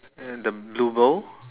and the blue bowl